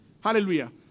Hallelujah